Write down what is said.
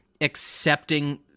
accepting